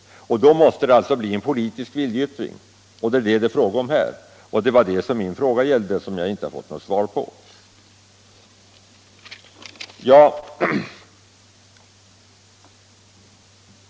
Då måste det alltså bli en politisk viljeyttring. Det är det som är fallet här, och det var det som min fråga gällde — som jag inte har fått något svar på.